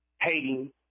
hating